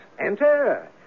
Enter